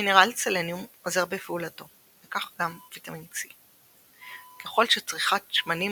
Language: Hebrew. המינרל סלניום עוזר בפעולתו וכך גם ויטמין C. ככל שצריכת שמנים